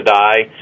die